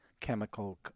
chemical